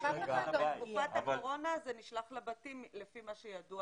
בתקופת הקורונה זה נשלח לבתים, לפי מה שידוע